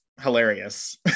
hilarious